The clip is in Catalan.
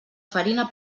farina